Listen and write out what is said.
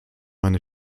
meine